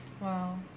Wow